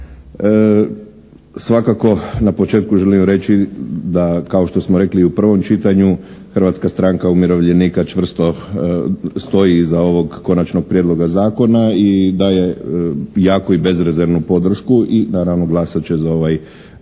Svakako na početku želim reći da kao što smo rekli i u prvom čitanju Hrvatska stranka umirovljenika čvrsto stoji iza ovog Konačnog prijedloga zakona i daje jaku i bezrezervnu podršku i naravno glasat će ovaj